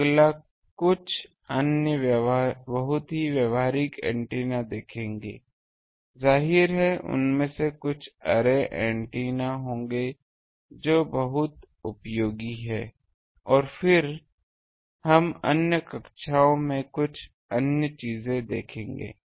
अगला हम कुछ अन्य बहुत ही व्यावहारिक एंटीना देखेंगे जाहिर है उनमें से कुछ अर्रे एंटीना होंगे जो बहुत उपयोगी हैं और फिर हम अन्य कक्षाओं में कुछ अन्य चीजें देखेंगे